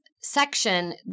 section